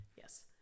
Yes